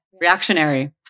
reactionary